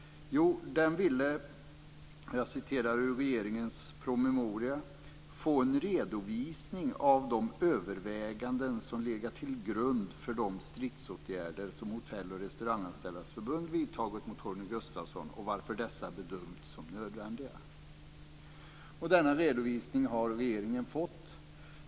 Jo, den ville, jag citerar ur regeringens promemoria: "få en redovisning av de överväganden som legat till grund för de stridsåtgäder som HRF vidtagit mot Torgny Gustafsson och varför dessa bedömts som nödvändiga". Denna redovisning har regeringen fått.